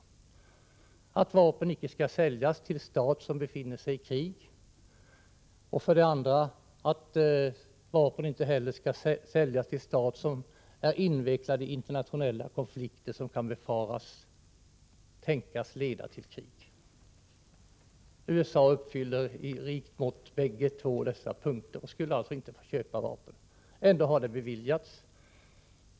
De innebär dels att vapen icke skall säljas till stat som befinner sig i krig, dels att vapen icke skall säljas till stat som är invecklad i internationella konflikter som kan tänkas leda till krig. Båda dessa punkter är i rikt mått tillämpliga på USA, som alltså inte skulle kunna få köpa vapen. Ändå har Bofors ansökningar beviljats.